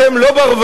אתם לא ברווזים,